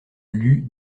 lut